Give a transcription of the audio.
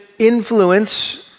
influence